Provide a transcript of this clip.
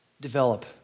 develop